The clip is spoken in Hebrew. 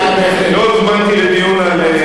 לא הוזמנתי לדיון על,